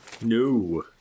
No